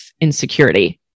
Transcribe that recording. insecurity